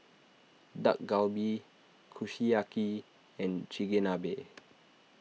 Dak Galbi Kushiyaki and Chigenabe